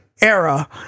Era